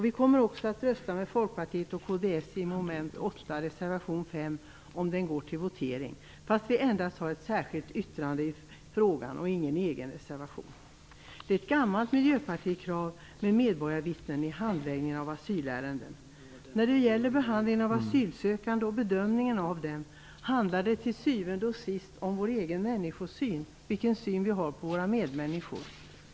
Vi kommer också att rösta med Folkpartiet och kds för reservation 5, mom. 8, om den går till votering, fast vi endast har ett särskilt yttrande i frågan och ingen egen reservation. Medborgarvittnen i handläggning av asylärenden är ett gammalt Miljöpartikrav. När det gäller behandlingen av asylsökande och bedömningen av dem handlar det till syvende och sist om vilken syn vi har på våra medmänniskor.